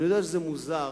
אני יודע שזה מוזר,